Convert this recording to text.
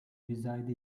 beside